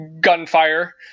gunfire